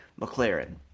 McLaren